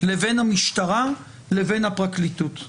לבין המשטרה לבין הפרקליטות.